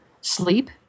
sleep